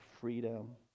freedom